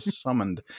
summoned